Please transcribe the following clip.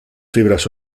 fibras